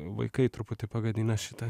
vaikai truputį pagadina šitą